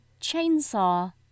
Chainsaw